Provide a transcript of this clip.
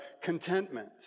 contentment